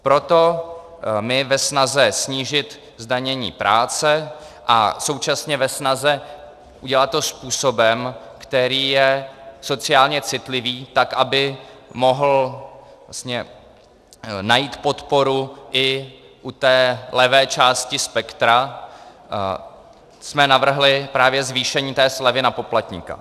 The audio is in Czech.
Proto my ve snaze snížit zdanění práce a současně ve snaze udělat to způsobem, který je sociálně citlivý, tak aby mohl vlastně najít podporu i u té levé části spektra, jsme navrhli právě zvýšení té slevy na poplatníka.